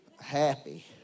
happy